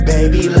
Baby